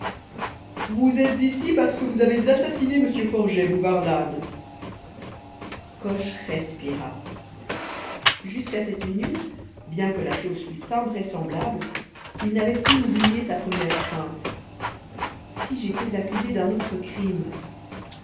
vous êtes ici parce que vous avez assassiné m forget boulevard lannes coche respira jusqu'à cette minute bien que la chose fût invraisemblable il n'avait pu oublier sa première crainte si j'étais accusé d'un autre crime